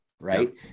Right